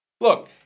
look